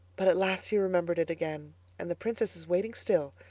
but at last he remembered it again and the princess is waiting still.